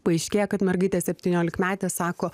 paaiškėja kad mergaitė septyniolikmetė sako